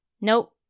Nope